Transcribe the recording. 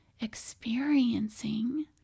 experiencing